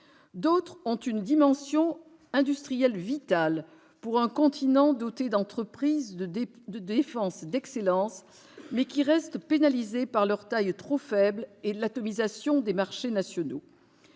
projets ont une dimension industrielle vitale pour un continent doté d'entreprises de défense d'excellence, lesquelles restent pourtant pénalisées par leur taille trop faible et l'atomisation des marchés nationaux.